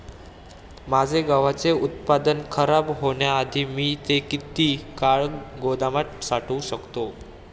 माझे गव्हाचे उत्पादन खराब होण्याआधी मी ते किती काळ गोदामात साठवू शकतो?